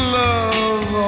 love